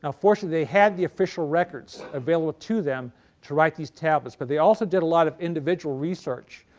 ah fortunately, they had the official records available to them to write these tablets, but they also did a lot of individual research.